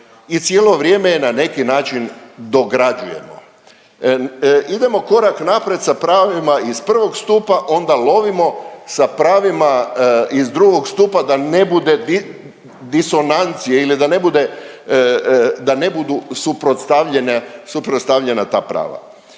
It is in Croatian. i cijelo vrijeme je na neki način dograđujemo. Idemo korak naprijed sa pravima iz prvog stupa, onda lovimo sa pravima iz drugog stupa, da ne bude disonancije ili da ne bude, da ne